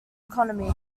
economy